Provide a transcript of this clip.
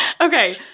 Okay